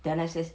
the let's say